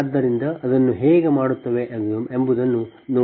ಆದ್ದರಿಂದ ಅದನ್ನು ಹೇಗೆ ಮಾಡುತ್ತದೆ ಎಂಬುದನ್ನು ನೋಡಿ